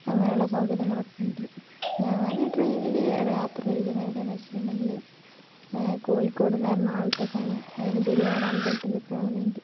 അങ്ങനെയുള്ള സൗകര്യങ്ങളൊക്കെ ഉണ്ട് ഞാന് ട്രെയിനില് യാത്രചെയ്തത് എവിടെയാണെന്ന് വച്ചിട്ടുണ്ടെങ്കില് കോഴിക്കോട് നിന്ന് എറണാകുളത്തേക്കാണ് അതായത് ഗുരുവായൂർ അമ്പലത്തില് പോകാൻ വേണ്ടി